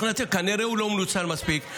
כנראה שהוא לא מנוצל מספיק.